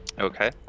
Okay